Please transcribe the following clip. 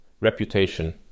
reputation